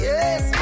Yes